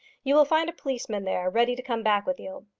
you will find a policeman there ready to come back with you.